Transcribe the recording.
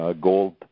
gold